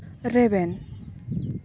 ᱨᱮᱵᱮᱱ